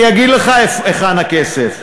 אני אגיד לך היכן הכסף.